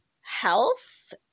health